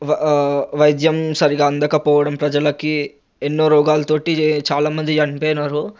వ వైద్యం సరిగ్గా అందకపోవడం ప్రజలకి ఎన్నో రోగాలతో చాలా మంది చనిపోయారు